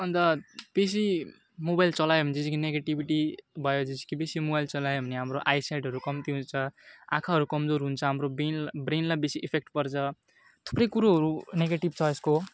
अन्त बेसी मोबाइल चलायो भने चाहिँ निगेटिभिटी भए जस्तो कि बेसी मोबाइल चलायो भने हाम्रो आइसाइटहरू कम्ती हुन्छ आँखाहरू कमजोर हुन्छ हाम्रो ब्रेनला ब्रेनलाई बेसी इफेक्ट पर्छ थुप्रै कुरोहरू निगेटिभ छ यसको